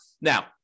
Now